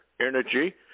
energy